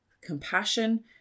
compassion